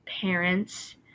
parents